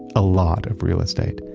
a lot of real estate.